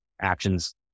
actions